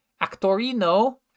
Actorino